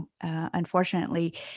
unfortunately